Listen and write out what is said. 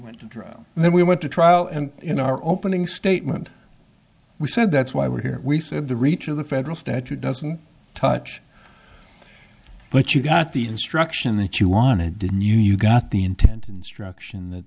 went to drown then we went to trial and in our opening statement we said that's why we're here we said the reach of the federal statute doesn't touch but you got the instruction that you wanted didn't you got the intent instruction that